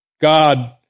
God